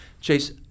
Chase